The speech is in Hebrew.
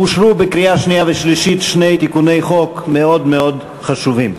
אושרו בקריאה שנייה ושלישית שני תיקוני חוק מאוד מאוד חשובים.